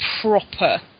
proper